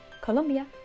Colombia